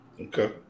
Okay